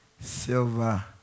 silver